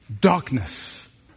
darkness